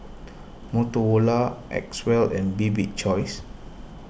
Motorola Acwell and Bibik's Choice